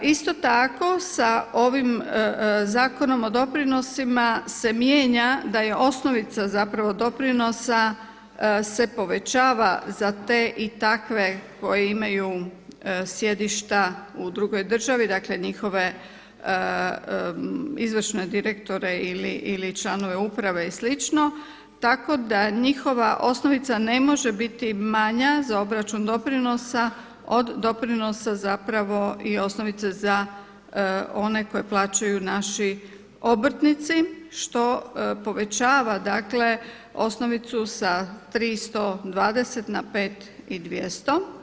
Isto tako sa ovim zakonom o doprinosima se mijenja da je osnovica zapravo doprinosa se povećava za te i takve koji imaju sjedišta u drugoj državi, dakle njihove izvršne direktore ili članove uprave i slično, tako da njihova osnovica ne može biti manja za obračun doprinosa od doprinosa zapravo i osnovice za one koji plaćaju naši obrtnici što povećava dakle osnovicu sa 3120 na 5200.